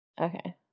Okay